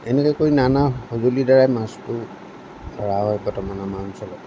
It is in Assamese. এনেকুৱা কৈ নানা সঁজুলিৰ দ্বাৰাই মাছটো ধৰা হয় বৰ্তমান আমাৰ অঞ্চলত